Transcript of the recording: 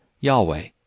Yahweh